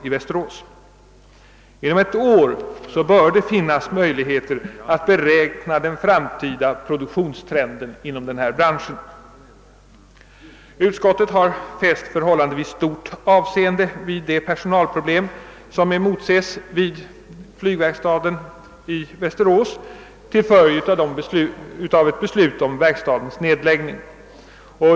Inom ett år bör det finnas möjligheter att beräkna den framtida produktionstrenden inom denna bransch. Utskottet har fäst förhållandevis stort avseende vid de personalproblem som emotses vid CVV till följd av beslut om verkstadens nedläggning.